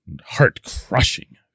heart-crushing